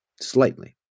slightly